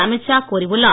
அமித் ஷா கூறியுள்ளார்